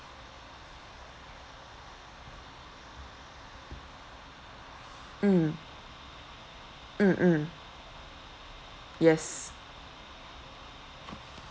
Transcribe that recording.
mm mm mm yes